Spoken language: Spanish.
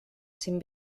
sin